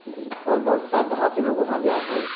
आओर बहुत श्रद्धा से लोग वहाँ जाइ है